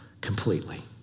completely